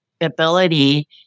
ability